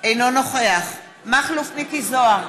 אינו נוכח מכלוף מיקי זוהר,